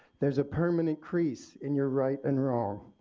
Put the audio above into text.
there's a permanent crease in your right and wrong.